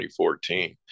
2014